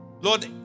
Lord